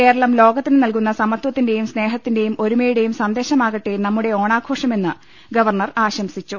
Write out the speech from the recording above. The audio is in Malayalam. കേരളം ലോകത്തിന് നൽകുന്ന സമത്വത്തിന്റെയും സ്നേഹത്തിന്റെയും ഒരുമയുടേയും സന്ദേ ശമാകട്ടെ നമ്മുടെ ഓണാഘോഷമെന്ന് ഗവർണർ ആശംസിച്ചു